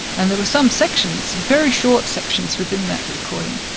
and there were some sections, very short sections within that recording,